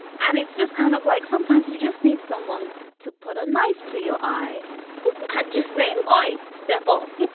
and it's just kind of like sometimes you just need someone to put a knife to your eye and just say, oy. step off.